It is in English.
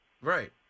Right